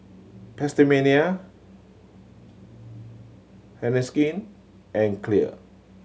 PastaMania Heinekein and Clear